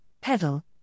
pedal